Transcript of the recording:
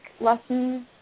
lessons